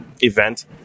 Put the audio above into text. event